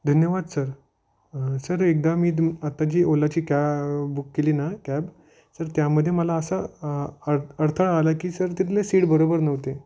धन्यवाद sir sir एकदा मी तु आत्ता जी ओलाची कॅब बुक केली ना कॅब तर त्यामध्ये मला असा अडथळा आला की सर तिथले सीट बरोबर नव्हते